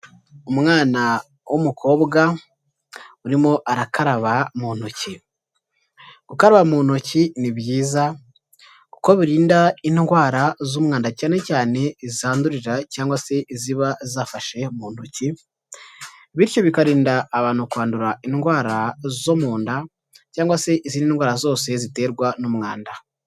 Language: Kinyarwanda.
Umwana w'umukobwa, urimo arakaraba mu ntoki, gukaraba mu ntoki ni byiza, kuko birinda indwara z'umwanda cyane cyane izandurira cyangwa se iziba zafashe mu ntoki, bityo bikarinda abantu kwandura indwara zo mu nda, cyangwa se izindi ndwara zose ziterwa n'umwanda.